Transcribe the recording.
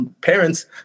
parents